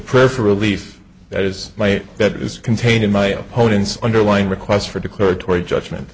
prayer for relief that is my bet is contained in my opponent's underlying request for declaratory judgment